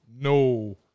No